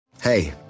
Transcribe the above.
Hey